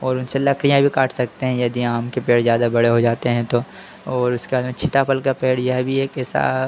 और उनसे लकड़ियाँ भी काट सकते हैं यदि आम के पेड़ ज़्यादा बड़े हो जाते हैं तो और उसके बाद में सीताफल का पेड़ यह भी एक ऐसा